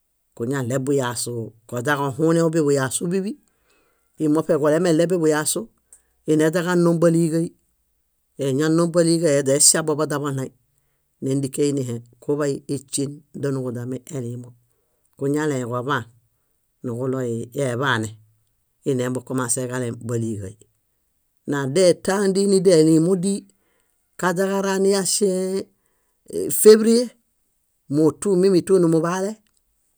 . Kuñeɭe buyasuu koźakohuneu buḃuyasubíḃi, íi moṗe ġulemeɭe buḃuyasu, ineźaġanõ báliġai. Eñanõ báliġai eźa eŝabo boźa boɭaĩ, nendike iinihe. Kuḃay éśen donuġuźami eliimo. Kuñalẽe koḃaan, niġuɭoi eḃaane. Enembukomase kalem báliiġai. Nadetã díi nideliimo díi kaźaġara niyaŝẽe févrie, móotu mími nimuḃaale,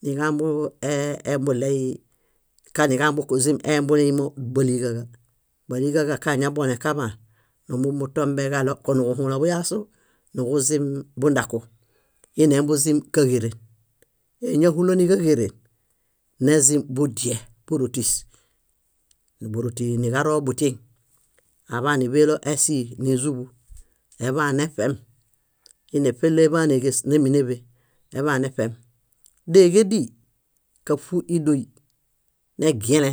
níġambu ee- embuɭey kanimbuxuzim eliimo báliġaġa. Báliġaġa kañabolẽ kaḃaan, numumbutombe ġaɭo koniġuhũlõ buyasu, niġuzim bundaku, íi nembuzim káġeren. Éñahulo níġaġeren, nizim budie bórotis. Bórotii niġaro butieŋ, aḃa níḃelo esii nízuḃu, eḃaan neṗem, íneṗelo eḃaan éġes némbeneḃe, eḃaan neṗem. Déġedíi, káṗu ídoi, negelẽ,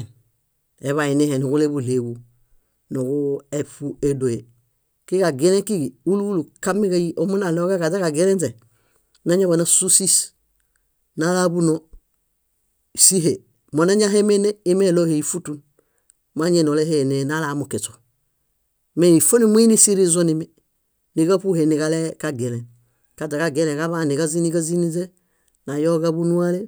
eḃa iinihe níġuleḃuɭeġu níġu éṗu édoe. Kiġagelẽ kíġi úlu úlu kamiġai- omunaɭoġa kaźaġaġuelẽźe, nanaḃanásuu sís, nala búnoo, síhe mónañahemene, imeɭohe ífutun. Mañaini ólehenee nala mukiśu. Mee ifo nimuini sirizunimi. Níġaṗuhe niġale kagelẽ. Kaźa kagelẽ kaḃaan, niġazĩ níġaziniźe, nayoġa búnuale,